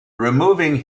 removing